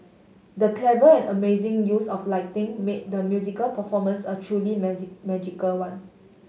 the clever and amazing use of lighting made the musical performance a truly magical one